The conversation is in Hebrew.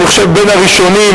אני חושב בין הראשונים,